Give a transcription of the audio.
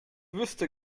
wüsste